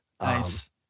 Nice